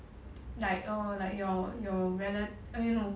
like err like your your rela~ I mean no